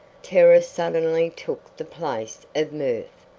terror suddenly took the place of mirth,